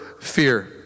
fear